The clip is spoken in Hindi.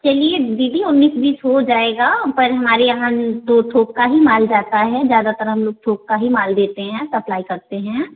चलिए दीदी उन्नीस बीस हो जाएगा पर हमारे यहाँ तो थोक का ही माल जाता है ज़्यादातर हम लोग थोक का ही माल देते हैं सप्लाई करते हैं